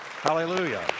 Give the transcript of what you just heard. Hallelujah